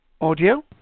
audio